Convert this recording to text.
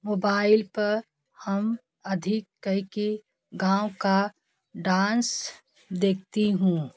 mobile पर हम अधिक कर के गाँव का डांस देखती हूँ